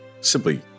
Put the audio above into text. simply